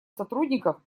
сотрудников